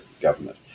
government